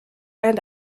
and